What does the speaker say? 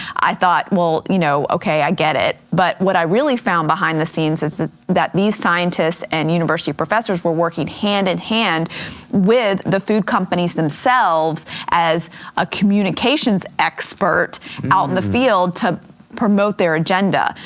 i thought well you know, okay, i get it. but what i really found behind the scenes is that these scientists and university professors were working hand-in-hand with the food companies themselves as a communications expert out in the field to promote their agenda.